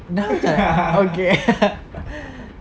okay